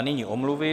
Nyní omluvy.